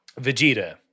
Vegeta